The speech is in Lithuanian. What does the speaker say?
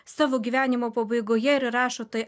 savo gyvenimo pabaigoje ir rašo tai